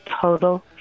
total